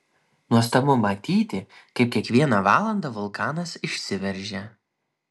nuostabu matyti kaip kiekvieną valandą vulkanas išsiveržia